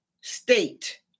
state